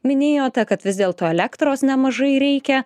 minėjote kad vis dėlto elektros nemažai reikia